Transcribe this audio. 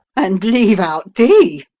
and leave out thee?